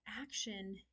action